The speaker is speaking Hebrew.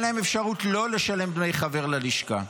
אין להם אפשרות לא לשלם דמי חבר ללשכה.